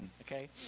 okay